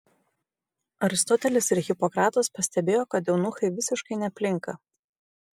aristotelis ir hipokratas pastebėjo kad eunuchai visiškai neplinka